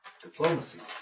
Diplomacy